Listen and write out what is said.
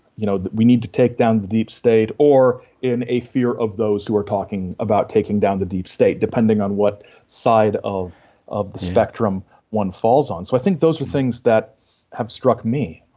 you know, we need to take down the deep state or in a fear of those who are talking about taking down the deep state depending on what side of of the spectrum one falls on so i think those are things that have struck me.